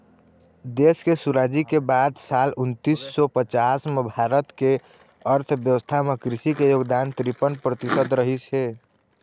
देश के सुराजी के बाद साल उन्नीस सौ पचास म भारत के अर्थबेवस्था म कृषि के योगदान तिरपन परतिसत रहिस हे